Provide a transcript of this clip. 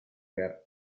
per